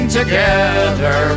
together